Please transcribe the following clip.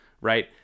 right